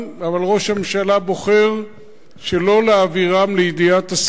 אבל ראש הממשלה בוחר שלא להעבירם לידיעת השרים.